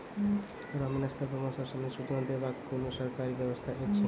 ग्रामीण स्तर पर मौसम संबंधित सूचना देवाक कुनू सरकारी व्यवस्था ऐछि?